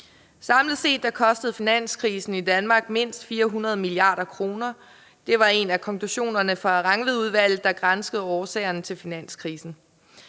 Samlet set kostede finanskrisen i Danmark mindst 400 mia. kr. – det var en af konklusionerne fra Rangvidudvalget, der granskede årsagerne til finanskrisen.